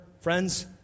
friends